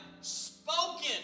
spoken